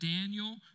Daniel